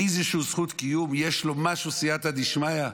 באיזושהי זכות קיום יש לו משהו סייעתא דשמיא?